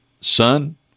son